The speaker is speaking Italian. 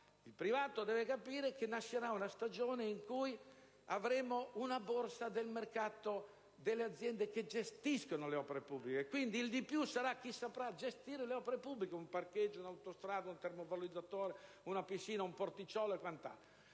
I privati devono capire che nascerà una stagione in cui avremo una borsa del mercato delle aziende che gestiscono le opere pubbliche e quindi le aziende più competitive saranno quelle che sapranno gestire le opere pubbliche (un parcheggio, un'autostrada, un termovalorizzazione, una piscina, un porticciolo o quant'altro).